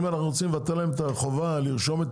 אם אנחנו רוצים לבטל להם את החובה לרשום את